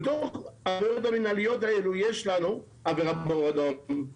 בתוך כל העבירות המינהליות האלה יש עבירת אור אדום,